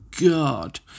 God